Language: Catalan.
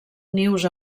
nius